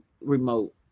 remote